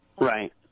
Right